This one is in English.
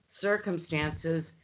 circumstances